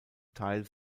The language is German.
teil